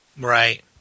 right